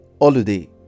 holiday